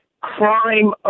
crime